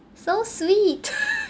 so sweet